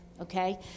okay